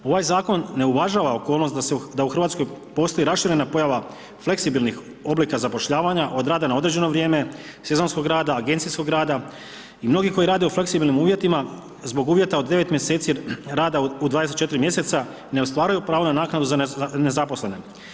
Ovaj zakon ne uvažava okolnost da u Hrvatskoj postoji raširena pojava fleksibilnih oblika zapošljavanja od rada na određeno vrijeme, sezonskog rada, agencijskog rada i mnogih koji rade u fleksibilnim uvjetima zbog uvjeta od 9 mjeseci rada u 24 mjeseca ne ostvaruju pravo na naknadu za nezaposlene.